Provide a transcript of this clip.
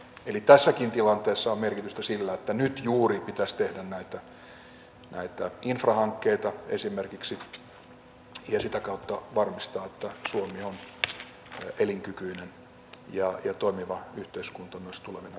eli tässäkin tilanteessa on merkitystä sillä että nyt juuri pitäisi tehdä esimerkiksi näitä infrahankkeita ja sitä kautta varmistaa että suomi on elinkykyinen ja toimiva yhteiskunta myös tulevina vuosina